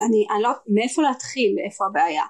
אני, אני לא, מאיפה להתחיל ואיפה הבעיה